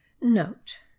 Note